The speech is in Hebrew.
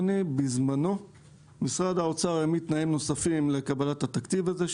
בשעתו משרד האוצר העמיד תנאים נוספים לקבלת התקציב הזה,